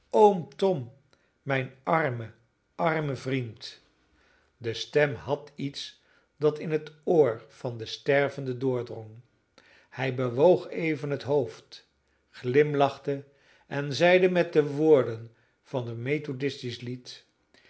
oom tom mijn arme arme vriend de stem had iets dat in het oor van den stervende doordrong hij bewoog even het hoofd glimlachte en zeide met de woorden van een methodistisch lied